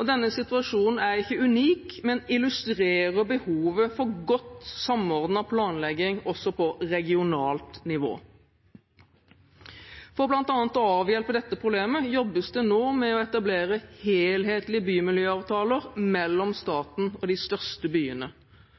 Denne situasjonen er ikke unik, men illustrerer behovet for godt samordnet planlegging også på regionalt nivå. For bl.a. å avhjelpe dette problemet jobbes det nå med å etablere helhetlige bymiljøavtaler mellom